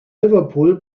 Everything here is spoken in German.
liverpool